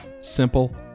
simple